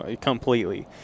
completely